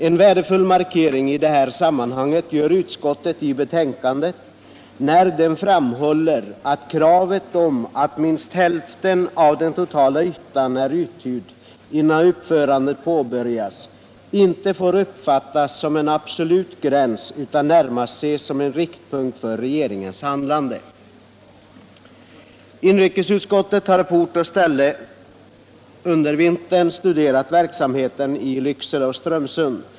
En värdefull markering gör utskottet i sitt betänkande när man framhåller att kravet, att minst hälften av den totala ytan skall vara uthyrd innan utförandet av nya anläggningar påbörjas, inte får uppfattas som en absolut gräns utan närmast skall ses som en riktpunkt för regeringens handlande. Inrikesutskottet har under vintern på ort och ställe studerat verksamheten i Lycksele och Strömsund.